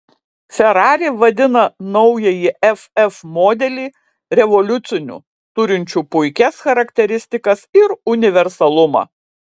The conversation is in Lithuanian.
ferrari vadina naująjį ff modelį revoliuciniu turinčiu puikias charakteristikas ir universalumą